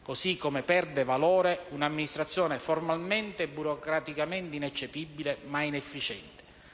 così come perde valore un'amministrazione formalmente e burocraticamente ineccepibile, ma inefficiente.